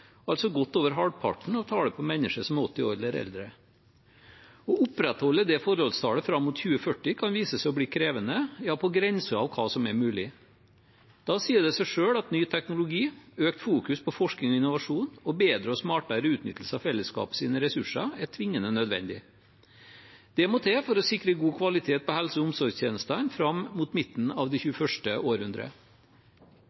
altså godt over halvparten av tallet på mennesker som er 80 år eller eldre. Å opprettholde det forholdstallet fram mot 2040 kan vise seg å bli krevende – ja, på grensen til hva som er mulig. Da sier det seg selv at ny teknologi, økt fokus på forskning og innovasjon og bedre og smartere utnyttelse av felleskapets ressurser er tvingende nødvendig. Det må til for å sikre god kvalitet på helse- og omsorgstjenestene fram mot midten av det